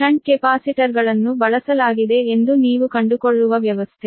shunt ಕೆಪಾಸಿಟರ್ಗಳನ್ನು ಬಳಸಲಾಗಿದೆ ಎಂದು ನೀವು ಕಂಡುಕೊಳ್ಳುವ ವ್ಯವಸ್ಥೆ